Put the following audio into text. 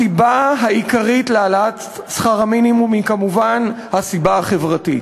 הסיבה העיקרית להעלאת שכר המינימום היא כמובן הסיבה החברתית.